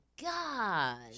god